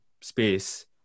space